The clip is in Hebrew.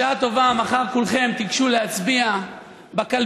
בשעה טובה מחר כולכם תיגשו להצביע בקלפיות,